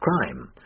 crime—